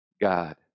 God